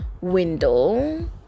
window